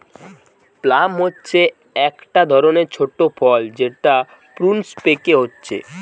plum হচ্ছে একটা ধরণের ছোট ফল যেটা প্রুনস পেকে হচ্ছে